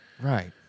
right